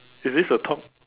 is this the talk